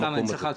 סתם צחקתי.